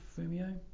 Fumio